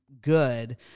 good